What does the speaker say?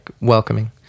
welcoming